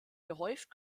gehäuft